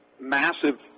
massive –